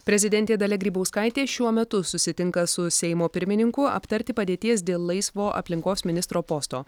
prezidentė dalia grybauskaitė šiuo metu susitinka su seimo pirmininku aptarti padėties dėl laisvo aplinkos ministro posto